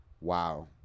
Wow